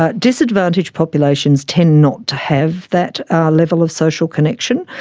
ah disadvantaged populations tend not to have that level of social connection.